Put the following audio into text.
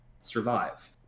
survive